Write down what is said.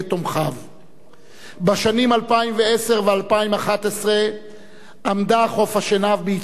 בשנים 2010 ו-2011 עמדה חוף-השנהב בעיצומו של משבר פוליטי אדיר,